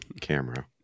camera